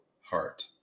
heart